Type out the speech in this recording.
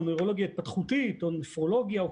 נוירולוגיה התפתחותית או נפרולוגיה.